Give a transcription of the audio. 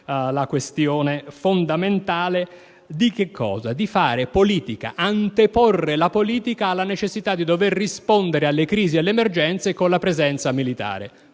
la questione fondamentale, che occorre cioè anteporre la politica alla necessità di dover rispondere alle crisi e alle emergenze con la presenza militare.